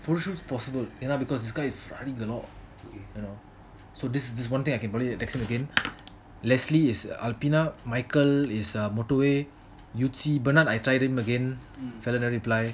for shoots possible you know because this guy the law you know so this is one thing I can text him again lesley is michael is a motorway you qi bernard I tried him again feather never reply